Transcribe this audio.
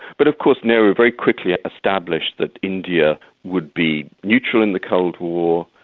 but of course nehru very quickly established that india would be neutral in the cold war,